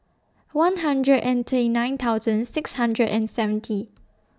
one hundred and thirty nine thousand six hundred and seventy